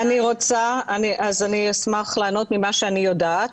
אני אענה ממה שאני יודעת,